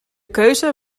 keuze